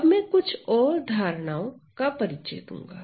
अब मैं कुछ और धारणाओं का परिचय दूंगा